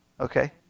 Okay